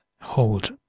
hold